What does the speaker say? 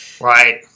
Right